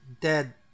dead